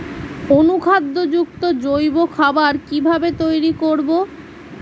অনুখাদ্য যুক্ত জৈব খাবার কিভাবে তৈরি করব?